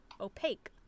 opaque